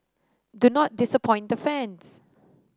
do not disappoint the fans